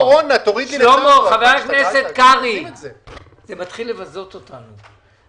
זה מתחיל לבזות אותנו.